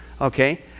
okay